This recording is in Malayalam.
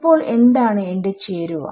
ഇപ്പോൾ എന്താണ് എന്റെ ചേരുവ